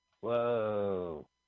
Whoa